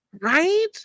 Right